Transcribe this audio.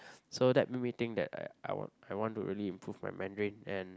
so that make me think that I I I want to really improve my Mandarin and